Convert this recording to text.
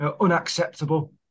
unacceptable